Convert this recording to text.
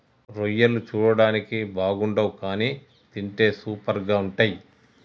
రొయ్యలు చూడడానికి బాగుండవ్ కానీ తింటే సూపర్గా ఉంటయ్